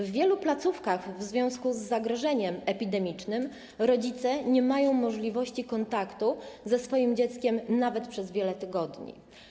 W wielu placówkach w związku z zagrożeniem epidemicznym rodzice nie mają możliwości kontaktu ze swoim dzieckiem nawet przez wiele tygodni.